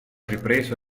ripreso